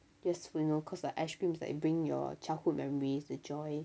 yes you know cause like ice cream is like you bring your childhood memories the joy